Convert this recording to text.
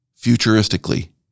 futuristically